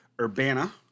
Urbana